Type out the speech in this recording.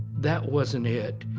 that wasn't it.